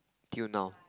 till now